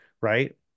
right